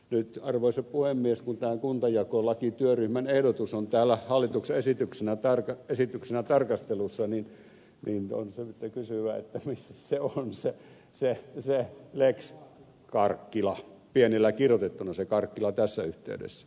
nyt arvoisa puhemies kun tämä kuntajakolakityöryhmän ehdotus on täällä hallituksen esityksenä tarkastelussa niin on syytä kysyä että missäs se on se lex karkkila pienillä kirjoitettuna se karkkila tässä yhteydessä